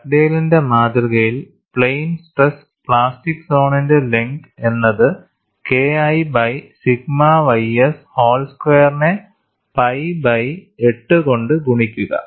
ഡഗ്ഡെയ്ലിന്റെ മാതൃകയിൽ plain stress plastic സോണിന്റെ ലെങ്ത് എന്നത് KI by sigma ys whole square നെ പൈ ബൈ 8 കൊണ്ട് ഗുണിക്കുക